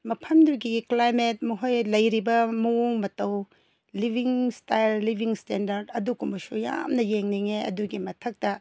ꯃꯐꯝꯗꯨꯒꯤ ꯀ꯭ꯂꯥꯏꯃꯦꯠ ꯃꯈꯣꯏ ꯂꯩꯔꯤꯕ ꯃꯑꯣꯡ ꯃꯇꯧ ꯂꯤꯕꯤꯡ ꯁ꯭ꯇꯥꯏꯜ ꯂꯤꯕꯤꯡ ꯁ꯭ꯇꯦꯟꯗꯔ꯭ꯗ ꯑꯗꯨꯒꯨꯝꯕꯁꯨ ꯌꯥꯝꯅ ꯌꯦꯡꯅꯤꯡꯉꯦ ꯑꯗꯨꯒꯤ ꯃꯊꯛꯇ